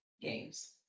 games